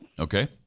Okay